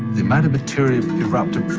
the amount of material erupting from